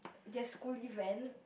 their school event